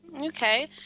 Okay